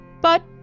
But